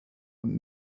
und